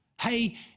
hey